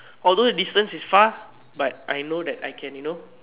although the distance is far but I know that I can you know